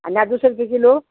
अनार दो सौ रुपए किलो